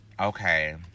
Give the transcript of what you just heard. Okay